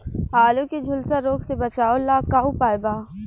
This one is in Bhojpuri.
आलू के झुलसा रोग से बचाव ला का उपाय बा?